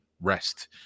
rest